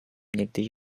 niegdyś